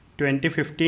2015